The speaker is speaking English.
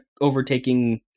overtaking